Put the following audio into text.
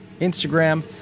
Instagram